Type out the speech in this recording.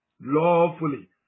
Lawfully